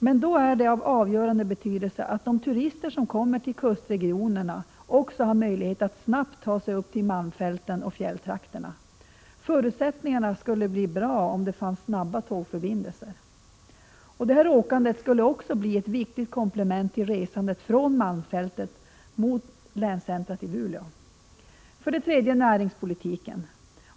Men det är av avgörande betydelse att de turister som kommer till kustregionerna också har möjlighet att snabbt ta sig upp till malmfälten och fjälltrakterna. Förutsättningarna för detta skulle bli mycket goda om det fanns snabba tågförbindelser. Detta åkande skulle också bli ett viktigt komplement till resandet från malmfälten mot länscentrat i Luleå. För det tredje: Näringspolitiken.